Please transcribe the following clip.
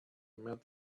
met